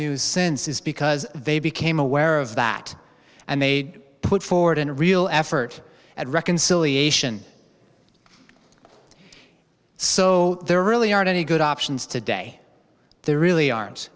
news since is because they became aware of that and they put forward in a real effort at reconciliation so there really aren't any good options today there really aren't